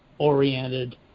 oriented